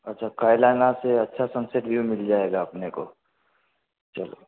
अच्छा कायलाना से अच्छा सनसेट व्यू मिल जाएगा अपने को चलो